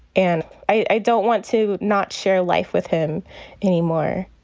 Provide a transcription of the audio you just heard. and i don't want to not share life with him anymore